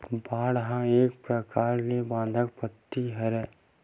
bond ह एक परकार ले बंधक पाती हरय